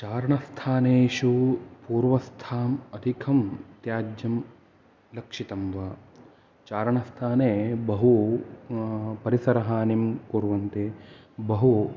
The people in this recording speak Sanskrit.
चारणस्थानेषु पूर्वस्थाम् अधिकं त्याज्यं लक्षितं वा चारणस्थाने बहु परिसरहानिं कुर्वन्ति बहु